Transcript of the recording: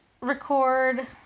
record